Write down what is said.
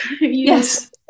Yes